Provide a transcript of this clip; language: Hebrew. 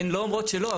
הן לא אומרות שלא.